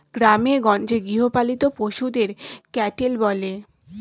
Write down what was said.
গ্রামেগঞ্জে গৃহপালিত পশুদের ক্যাটেল বলে